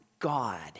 god